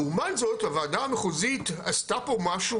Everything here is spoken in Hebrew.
לעומת זאת הוועדה המחוזית עשתה פה משהו